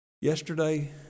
Yesterday